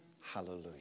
Hallelujah